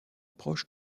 proche